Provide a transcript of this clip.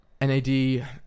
NAD